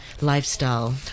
lifestyle